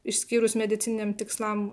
išskyrus medicininiam tikslam